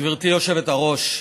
גברתי היושבת-ראש,